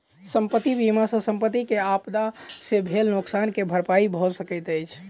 संपत्ति बीमा सॅ संपत्ति के आपदा से भेल नोकसान के भरपाई भअ सकैत अछि